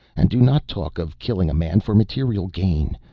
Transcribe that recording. and do not talk of killing a man for material gain.